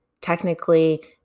technically